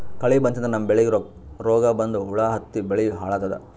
ಕಳಿ ಬಂತಂದ್ರ ನಮ್ಮ್ ಬೆಳಿಗ್ ರೋಗ್ ಬಂದು ಹುಳಾ ಹತ್ತಿ ಬೆಳಿ ಹಾಳಾತದ್